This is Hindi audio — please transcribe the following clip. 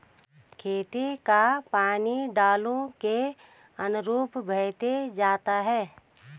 खेत का पानी ढालू के अनुरूप बहते जाता है